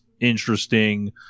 interesting